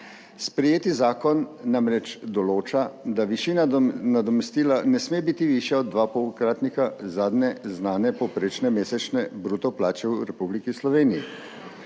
Sprejeti zakon namreč določa, da višina nadomestila ne sme biti višja od dva in pol-kratnika zadnje znane povprečne mesečne bruto plače v Republiki Sloveniji.